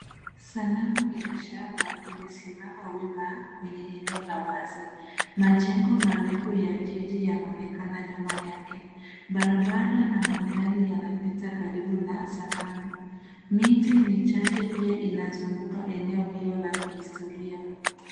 Sanamu ya Shaba imesimama wima kwenye eneo la wazi. Majengo marefu ya jiji yanaonekana nyuma yake. Barabara na magari yanapita karibu na sanamu. Miti michache pia inazunguka eneo hilo la kihistoria.